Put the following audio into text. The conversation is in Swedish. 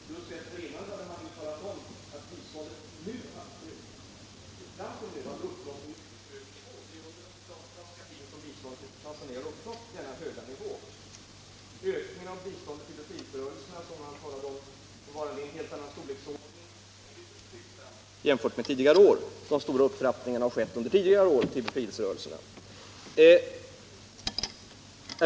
Herr talman! Herr Wirmarks inlägg var motsägelsefullt. Han hävdade att det nu för första gången sker en ansenlig ökning av biståndet till södra Afrika. Men just dessförinnan hade han talat om att biståndet till Tanzania fram till nu legat på en mycket hög nivå. Det är under den socialdemokratiska tiden som biståndet har uppnått denna höga nivå. Biståndet till befrielserörelserna skulle nu ha en helt annan storlek jämfört med tidigare år, enligt herr Wirmark. Men de stora upptrappningarna skedde före detta budgetår.